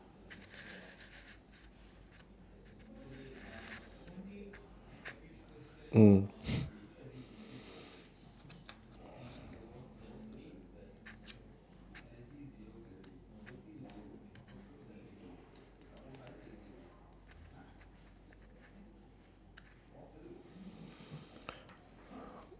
mm